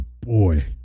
boy